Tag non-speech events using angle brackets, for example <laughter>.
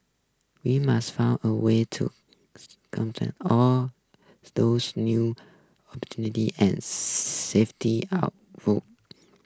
we must find a way to <unintelligible> all those new <unintelligible> and safety our votes